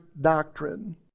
doctrine